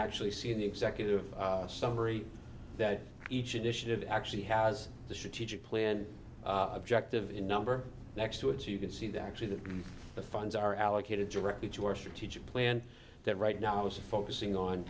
actually see in the executive summary that each initiative actually has the strategic plan objective in number next to it so you can see that actually that the funds are allocated directly to our strategic plan that right now is focusing on